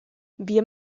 wir